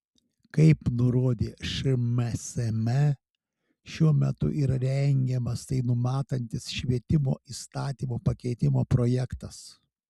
kaip nurodė šmsm šiuo metu yra rengiamas tai numatantis švietimo įstatymo pakeitimo projektas